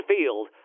Field